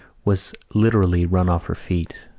was literally run off her feet.